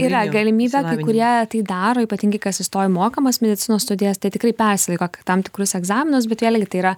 yra galimybė kurie tai daro ypatingai kas įstojo į mokamas medicinos studijas tikrai persilaiko tam tikrus egzaminus bet vėlgi tai yra